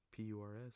PURS